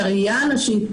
הראייה הנשית.